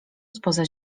spoza